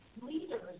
leaders